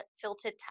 filtered